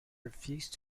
refused